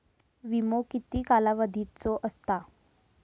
विमो किती कालावधीचो असता?